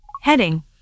Heading